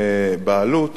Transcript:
בשטח ארץ-ישראל,